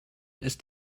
ist